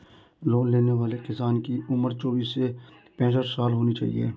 loan लेने वाले किसान की उम्र चौबीस से पैंसठ साल होना चाहिए